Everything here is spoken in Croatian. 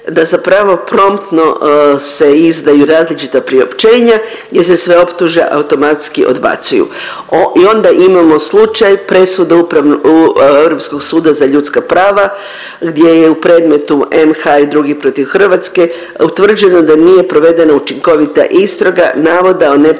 da zapravo promptno se izdaju različita priopćenja gdje se sve optužbe automatski odbacuju. I onda imamo slučaj presude Europskog suda za ljudska prava gdje je u predmetnu M.H. i drugi protiv Hrvatske utvrđeno da nije provedena učinkovita istraga navoda o neprimjerenom